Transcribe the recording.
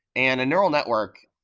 and a neural network,